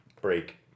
break